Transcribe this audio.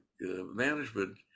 management